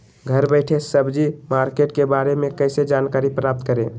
घर बैठे सब्जी मार्केट के बारे में कैसे जानकारी प्राप्त करें?